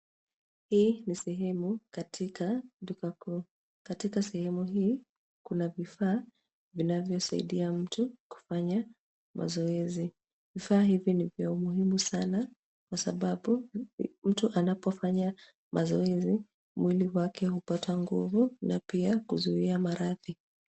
Hii ni sehemu katika duka kuu, katika sehemu hii, kuna vifaa vinavyosaidia mtu kufanya mazoezi. Vifaa hivi ni vya umuhimu sana, kwa sababu mtu anapofanya mazoezi, mwili wake hupata nguvu na pia kuzuia maradhi.